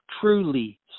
truly